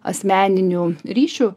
asmeninių ryšių